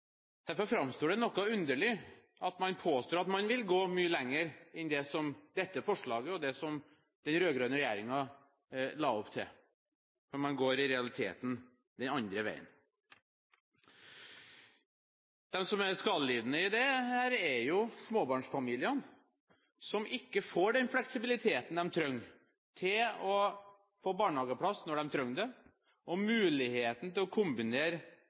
Derfor framstår det noe underlig at man påstår at man vil gå mye lenger enn det som dette forslaget og det som den rød-grønne regjeringen la opp til, når man i realiteten går den andre veien. De som er skadelidende i dette, er jo småbarnsfamiliene, som ikke får den fleksibiliteten de trenger til å få barnehageplass når de trenger det, og muligheten til å kombinere